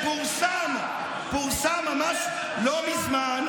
רופא ובנו,